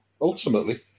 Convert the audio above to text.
ultimately